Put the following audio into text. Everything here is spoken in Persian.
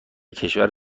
کشور